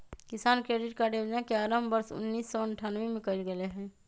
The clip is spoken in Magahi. किसान क्रेडिट कार्ड योजना के आरंभ वर्ष उन्नीसौ अठ्ठान्नबे में कइल गैले हल